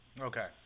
Okay